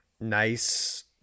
nice